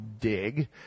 dig